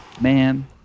Man